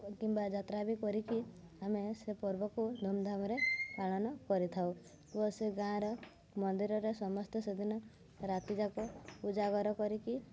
କିମ୍ବା ଯାତ୍ରା ବି କରିକି ଆମେ ସେ ପର୍ବକୁ ଧୁମଧାମ୍ରେ ପାଳନ କରିଥାଉ ଓ ସେ ଗାଁର ମନ୍ଦିରରେ ସମସ୍ତେ ସେଦିନ ରାତିଯାକ ଉଜାଗର କରିକି